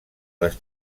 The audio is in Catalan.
les